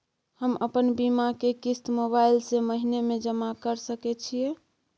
हम अपन बीमा के किस्त मोबाईल से महीने में जमा कर सके छिए?